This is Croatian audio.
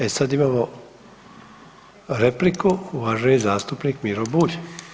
E sada imamo repliku, uvaženi zastupnik Miro Bulj.